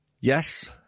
Yes